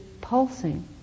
pulsing